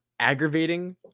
aggravating